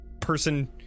person